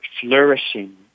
flourishing